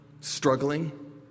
struggling